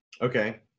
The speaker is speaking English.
Okay